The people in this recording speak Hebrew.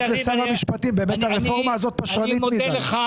הרפורמה הזאת פשרנית מדי.